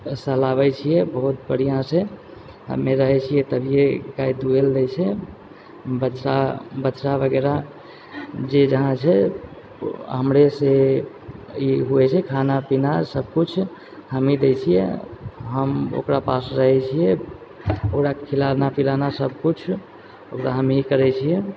सहलाबै छियै बहुत बढ़िआँसँ हमे रहै छियै तभिए गाय दुहै लए दै छै बछड़ा बछड़ा बगैरह जे जहाँ छै ओ हमरासँ ई होइ छै खाना पीना सबकुछ हमही दै छियै हम ओकरा पास रहै छियै ओकरा खिलाना पिलाना सबकुछ ओकरा हमही करै छियै